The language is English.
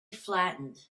flattened